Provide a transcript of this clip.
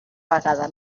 vegada